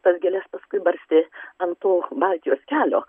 tas gėles paskui barstė ant to baltijos kelio